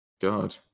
God